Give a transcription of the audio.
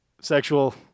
sexual